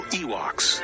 ewoks